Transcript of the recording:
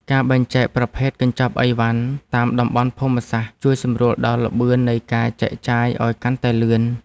ការបែងចែកប្រភេទកញ្ចប់អីវ៉ាន់តាមតំបន់ភូមិសាស្ត្រជួយសម្រួលដល់ល្បឿននៃការចែកចាយឱ្យកាន់តែលឿន។